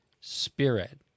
spirit